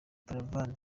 buravan